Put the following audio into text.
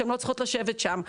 והן לא צריכות לשבת שם.